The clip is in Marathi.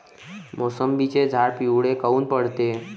मोसंबीचे झाडं पिवळे काऊन पडते?